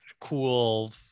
cool